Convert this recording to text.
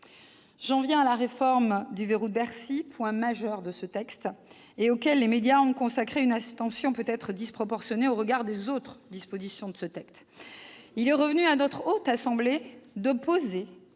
J'en viens à la réforme du « verrou de Bercy », point majeur de ce texte, auquel les médias ont consacré une attention peut-être disproportionnée au regard des autres dispositions. Il est revenu à la Haute Assemblée de poser